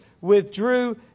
withdrew